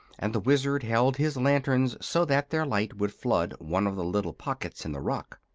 and the wizard held his lanterns so that their light would flood one of the little pockets in the rock.